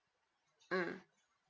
mm